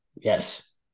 Yes